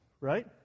Right